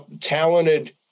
talented